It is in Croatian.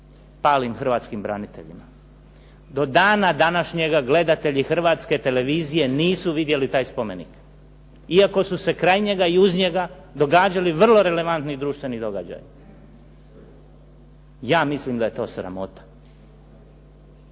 palim hrvatskim braniteljima. Do dana današnjega gledatelji Hrvatske televizije nisu vidjeli taj spomenik iako su se kraj njega i uz njega događali vrlo relevantni društveni događaji. Ja mislim da je to sramota.